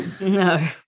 No